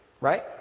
right